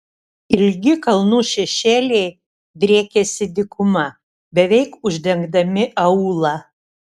ilgi kalnų šešėliai driekėsi dykuma beveik uždengdami aūlą